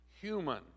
human